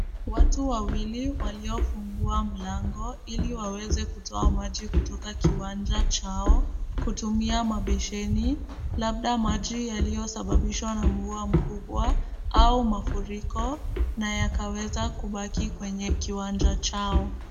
Watu wawili waliofungua mlango ili waweze kutoa maji kutoka kwenye kiwanja chao kutumia mabesheni, labda maji yaliyosababishwa na mvua mkubwa au mafuriko na yakaweza kubaki kwenye kiwanja chao.